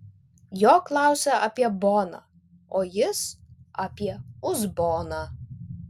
jo klausia apie boną o jis apie uzboną